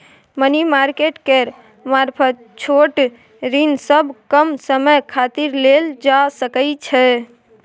money market केर मारफत छोट ऋण सब कम समय खातिर लेल जा सकइ छै